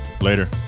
Later